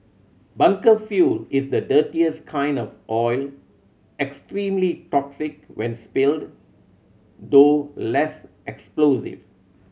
bunker fuel is the dirtiest kind of oil extremely toxic when spilled though less explosive